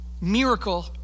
Miracle